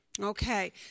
Okay